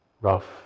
rough